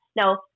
No